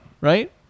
Right